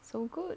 so good